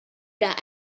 that